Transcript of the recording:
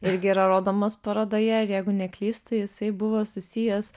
irgi yra rodomas parodoje ir jeigu neklystu jisai buvo susijęs